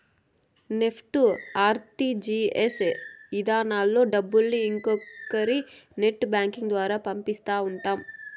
NEFT, RTGS ఇధానాల్లో డబ్బుల్ని ఇంకొకరి నెట్ బ్యాంకింగ్ ద్వారా పంపిస్తా ఉంటాం